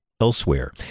elsewhere